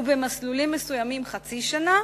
ובמסלולים מסוימים, חצי שנה,